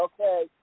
okay